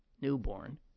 newborn